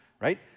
right